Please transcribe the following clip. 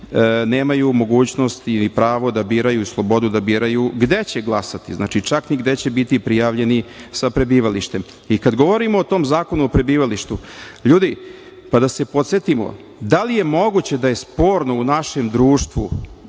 nemaju mogućnost ili pravo da biraju slobodu da biraju gde će glasati, čak ni gde će biti prijavljeni sa prebivalištem. Kada govorimo o tom Zakonu o prebivalištu, ljudi, pa da se podsetimo. Pa, da li je moguće da je sporno u našem društvu,